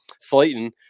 slayton